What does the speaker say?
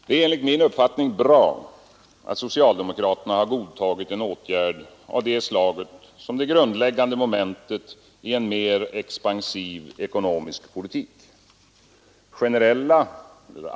Det är enligt min uppfattning bra att socialdemokraterna har godtagit en åtgärd av detta slag som det grundläggande momentet i en mera expansiv ekonomisk politik.